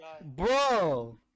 Bro